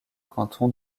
canton